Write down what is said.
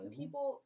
people